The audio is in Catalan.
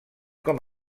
com